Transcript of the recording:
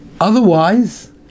Otherwise